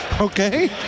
Okay